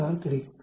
166 கிடைக்கும்